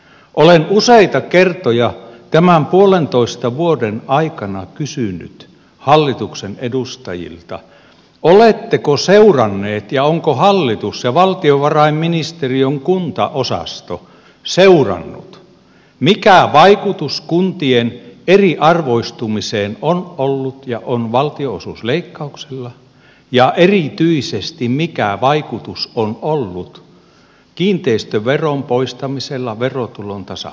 olen useita kertoja tämän puolentoista vuoden aikana kysynyt hallituksen edustajilta oletteko seuranneet ja onko hallitus ja valtiovarainministeriön kuntaosasto seurannut mikä vaikutus kuntien eriarvoistumiseen on ollut ja on valtionosuusleikkauksilla ja erityisesti mikä vaikutus on ollut kiinteistöveron poistamisella verotulon tasauksesta